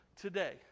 today